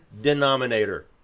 denominator